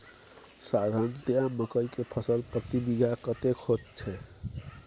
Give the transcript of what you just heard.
साधारणतया मकई के फसल प्रति बीघा कतेक होयत छै?